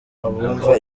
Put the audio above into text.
abumva